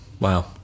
wow